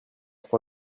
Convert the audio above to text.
trois